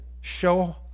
show